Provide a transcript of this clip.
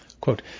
Quote